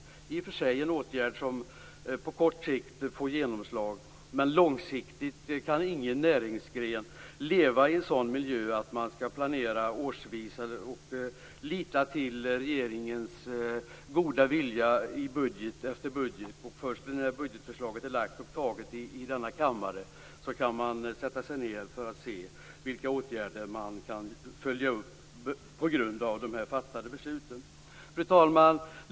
Det är i och för sig en åtgärd som på kort tid får genomslag, men långsiktigt kan ingen näringsgren leva i en sådan miljö med årsvis planering och med ett förlitande på regeringens goda vilja i budget efter budget. Först när budgetförslaget är antaget av denna kammare kan man se vilka åtgärder som kan vidtas till följd av de fattade besluten. Fru talman!